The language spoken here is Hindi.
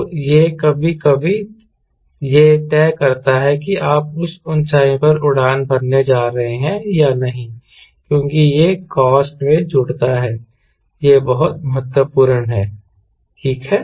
तो यह कभी कभी यह तय करता है कि आप उस ऊंचाई पर उड़ान भरने जा रहे हैं या नहीं क्योंकि यह कॉस्ट में जुड़ता है यह बहुत महत्वपूर्ण है ठीक है